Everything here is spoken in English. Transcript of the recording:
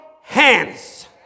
hands